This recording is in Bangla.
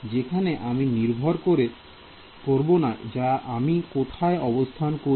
যেখানে এটা নির্ভর করে না যে আমি কোথায় অবস্থান করছি